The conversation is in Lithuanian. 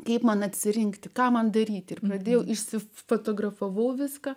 kaip man atsirinkti ką man daryti ir pradėjau išsifotografavau viską